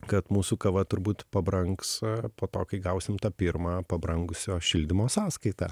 kad mūsų kava turbūt pabrangs po to kai gausim tą pirmą pabrangusio šildymo sąskaitą